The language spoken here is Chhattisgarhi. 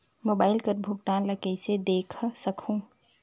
मोबाइल कर भुगतान ला कइसे देख सकहुं?